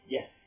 Yes